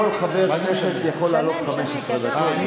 כל חבר כנסת יכול לעלות 15 דקות.